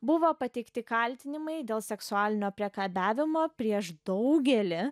buvo pateikti kaltinimai dėl seksualinio priekabiavimo prieš daugelį